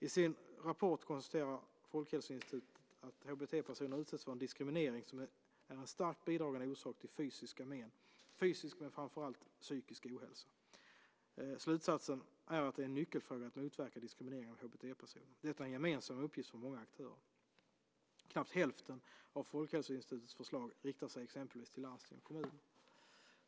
I sin rapport konstaterar Folkhälsoinstitutet att HBT-personer utsätts för en diskriminering som är en starkt bidragande orsak till fysisk men framför allt psykisk ohälsa. Slutsatsen är att det är en nyckelfråga att motverka diskriminering av HBT-personer. Detta är en gemensam uppgift för många aktörer. Knappt hälften av Folkhälsoinstitutets förslag riktar sig exempelvis till landsting och kommuner.